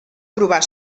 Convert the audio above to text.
provar